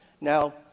Now